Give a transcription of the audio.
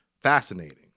Fascinating